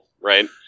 right